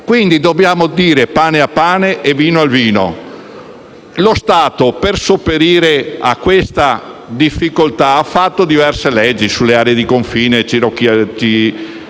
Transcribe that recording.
Quindi dobbiamo dire pane al pane e vino al vino. Lo Stato per sopperire a questa difficoltà ha varato diverse leggi sulle aree di confine; ricordiamo,